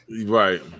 Right